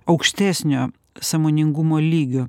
aukštesnio sąmoningumo lygio